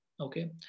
Okay